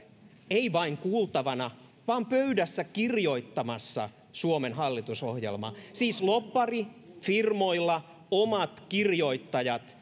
ei vain kuultavana vaan pöydässä kirjoittamassa suomen hallitusohjelmaa siis lobbarifirmoilla omat kirjoittajat